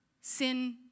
sin